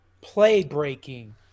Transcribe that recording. play-breaking